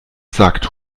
sagt